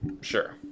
Sure